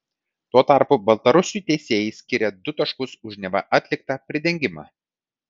tuo tarpu baltarusiui teisėjai skyrė du taškus už neva atliktą pridengimą